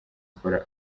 kora